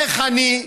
איך אני,